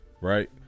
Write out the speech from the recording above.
Right